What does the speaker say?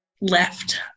left